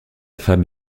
femme